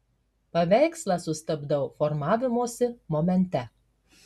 paveikslą sustabdau formavimosi momente